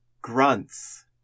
grunts